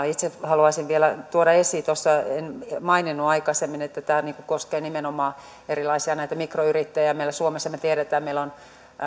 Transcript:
itse haluaisin vielä tuoda esiin tuossa en maininnut aikaisemmin että tämä koskee nimenomaan näitä erilaisia mikroyrittäjiä meillä suomessa me tiedämme on